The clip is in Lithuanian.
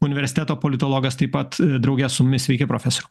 universiteto politologas taip pat drauge su mumis sveiki profesoriau